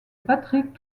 patrick